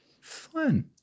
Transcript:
Fun